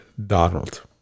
donald